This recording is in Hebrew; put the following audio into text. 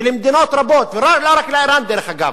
ולמדינות רבות, לא רק לאירן, דרך אגב,